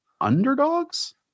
underdogs